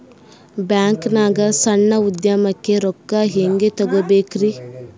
ಬ್ಯಾಂಕ್ನಾಗ ಸಣ್ಣ ಉದ್ಯಮಕ್ಕೆ ರೊಕ್ಕ ಹೆಂಗೆ ತಗೋಬೇಕ್ರಿ?